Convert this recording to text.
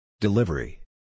Delivery